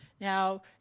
Now